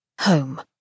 home